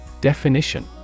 Definition